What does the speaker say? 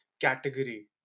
category